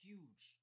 Huge